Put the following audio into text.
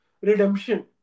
redemption